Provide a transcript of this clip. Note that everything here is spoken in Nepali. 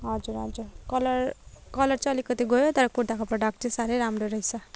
हजुर हजुर कलर कलर चाहिँ अलिकति गयो तर कुर्ताको प्रोडक्ड चाहिँ साह्रै राम्रो रहेछ